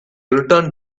returned